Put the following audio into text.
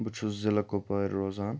بہٕ چھُس ضِلعہٕ کُپوٲرِ روزان